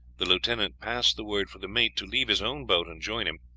the lieutenant passed the word for the mate to leave his own boat and join him.